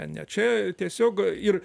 ne čia tiesiog ir